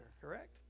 correct